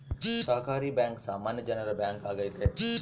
ಸಹಕಾರಿ ಬ್ಯಾಂಕ್ ಸಾಮಾನ್ಯ ಜನರ ಬ್ಯಾಂಕ್ ಆಗೈತೆ